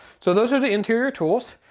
so those are the interior tools.